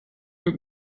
mit